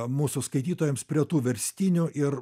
mūsų skaitytojams prie tų verstinių ir